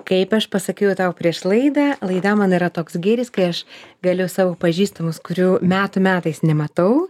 kaip aš pasakiau jau tau prieš laidą laidą man yra toks gėris kai aš galiu savo pažįstamus kurių metų metais nematau